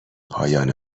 پایان